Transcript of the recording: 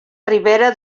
ribera